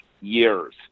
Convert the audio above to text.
years